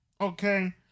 Okay